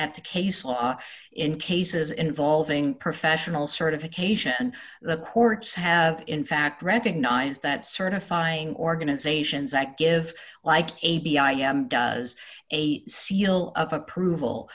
at the case law in cases involving professional certification the courts have in fact recognized that certifying organizations that give like a b i am does a seal of approval